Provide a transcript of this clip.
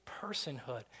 personhood